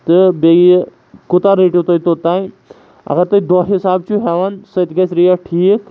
تہٕ بیٚیہِ کوٗتاہ رٔٹِو تُہۍ توٚتانۍ اگر تُہۍ دۄہ حِساب چھُ ہٮ۪وان سۄتہِ گژھِ ریٹ ٹھیٖک